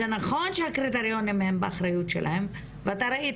זה נכון שהקריטריונים הם באחריות שלהם ואתה ראית,